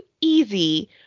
easy